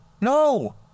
No